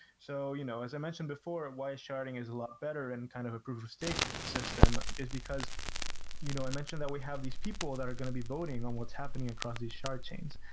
so, you know as i mentioned before, why sharding is a lot better in kind of a proof stake system is because you know i mentioned that we have these people that are going to be voting on what's happening across these shard chains.